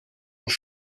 will